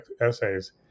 essays